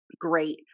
great